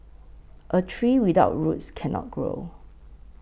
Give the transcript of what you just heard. a tree without roots cannot grow